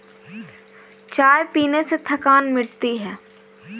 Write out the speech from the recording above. चाय पीने से थकान मिटती है